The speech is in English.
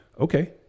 okay